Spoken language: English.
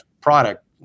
product